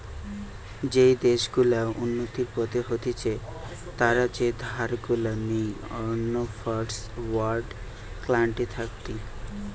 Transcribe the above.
যেই দেশ গুলা উন্নতির পথে হতিছে তারা যে ধার গুলা নেই অন্য ফার্স্ট ওয়ার্ল্ড কান্ট্রি থাকতি